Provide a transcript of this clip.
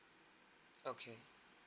okay